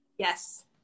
Yes